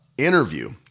Interview